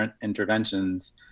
interventions